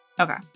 Okay